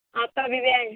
آپ کبھی بھی آنا